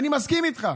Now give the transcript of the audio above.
אני מסכים איתך,